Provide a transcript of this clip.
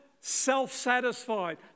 self-satisfied